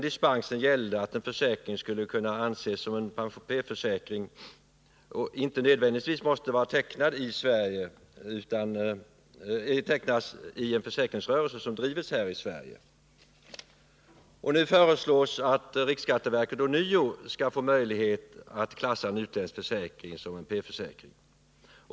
Dispensen gällde att en försäkring kunde anses som P-försäkring utan att nödvändigtvis vara tecknad i en försäkringsrörelse här i Sverige. Nu föreslås att riksskatteverket ånyo skall få möjligheter att klassa en utländsk försäkring som P-försäkring.